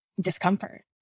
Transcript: discomfort